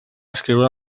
escriure